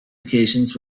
occasions